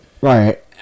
Right